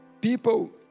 people